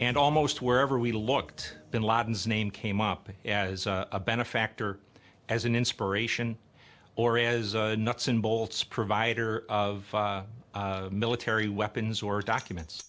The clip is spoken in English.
and almost wherever we looked bin laden's name came up as a benefactor as an inspiration or as nuts and bolts provider of military weapons or documents